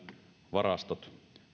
varastot